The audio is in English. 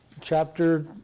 chapter